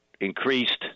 increased